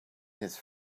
his